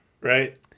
Right